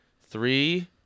Three